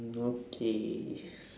mm okay